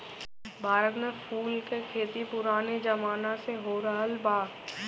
भारत में फूल के खेती पुराने जमाना से होरहल बा